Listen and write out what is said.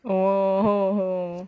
oh